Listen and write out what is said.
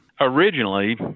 Originally